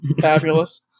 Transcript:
Fabulous